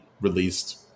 released